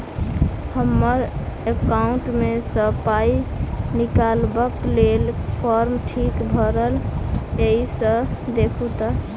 हम्मर एकाउंट मे सऽ पाई निकालबाक लेल फार्म ठीक भरल येई सँ देखू तऽ?